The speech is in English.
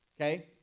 Okay